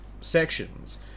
sections